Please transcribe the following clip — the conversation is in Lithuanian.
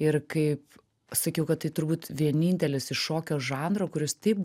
ir kaip sakiau kad tai turbūt vienintelis iš šokio žanro kuris taip